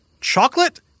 chocolate